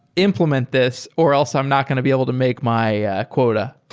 implement this, or else i'm not going to be able to make my quota.